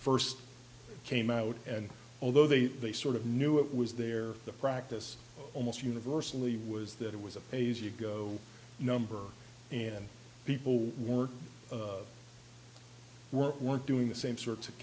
first came out and although they they sort of knew it was there the practice almost universally was that it was a phase you go number and people were were weren't doing the same sorts of